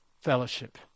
fellowship